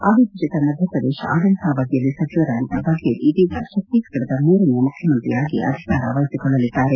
ಅವಿಭಜಿತ ಮಧ್ಯಪ್ರದೇಶ ಆಡಳಿತಾವಧಿಯಲ್ಲಿ ಸಚಿವರಾಗಿದ್ದ ಬಫೇಲ್ ಇದೀಗ ಛತ್ತೀಸ್ಗಢದ ಮೂರನೆಯ ಮುಖ್ಯಮಂತ್ರಿಯಾಗಿ ಅಧಿಕಾರ ವಹಿಸಿಕೊಳ್ಳಲಿದ್ದಾರೆ